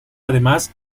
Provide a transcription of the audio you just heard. además